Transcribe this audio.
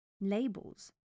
labels